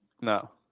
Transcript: No